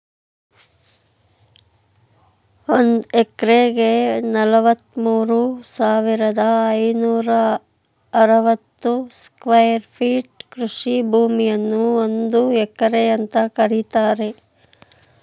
ಒಂದ್ ಎಕರೆಗೆ ನಲವತ್ಮೂರು ಸಾವಿರದ ಐನೂರ ಅರವತ್ತು ಸ್ಕ್ವೇರ್ ಫೀಟ್ ಕೃಷಿ ಭೂಮಿಯನ್ನು ಒಂದು ಎಕರೆ ಅಂತ ಕರೀತಾರೆ